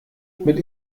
mit